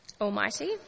Almighty